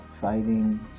fighting